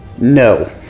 No